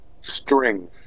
string